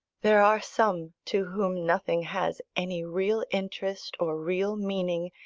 there are some to whom nothing has any real interest, or real meaning,